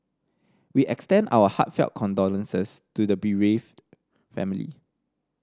we extend our heartfelt condolences to the bereaved family